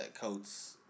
coats